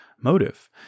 motive